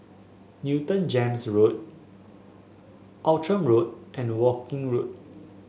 Newton Gems Road Outram Road and Woking Road